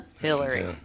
Hillary